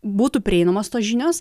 būtų prieinamos tos žinios